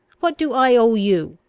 what do i owe you?